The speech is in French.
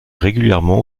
régulièrement